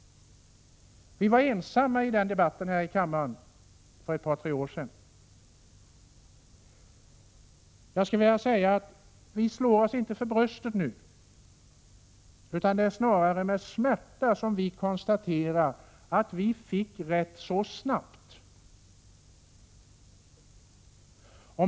Vi var ensamma om den ståndpunkten i debatten här i kammaren för ett par tre år sedan. Vi slår oss inte för bröstet nu, utan det är snarare med smärta som vi konstaterar att vi fick rätt så snabbt.